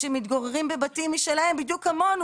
שהם יתגוררו בבתים משלהם, בדיוק כמונו.